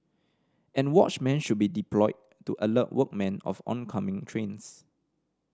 and watchmen should be deployed to alert workmen of oncoming trains